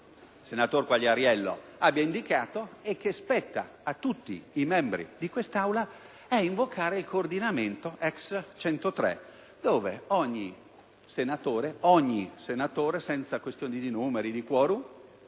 senatore Quagliariello abbia indicato e che spetta a tutti i membri di quest'Aula, è invocare il coordinamento *ex* articolo 103, che ogni senatore, senza questioni di numeri e di *quorum*,